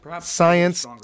Science